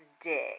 dick